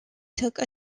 took